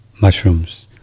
mushrooms